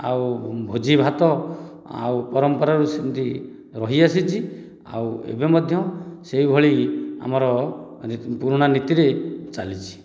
ଆଉ ଭୋଜି ଭାତ ଆଉ ପରମ୍ପରାରୁ ସେମିତି ରହିଆସିଛି ଆଉ ଏବେ ମଧ୍ୟ ସେହି ଭଳି ଆମର ପୁରୁଣା ନୀତିରେ ଚାଲିଛି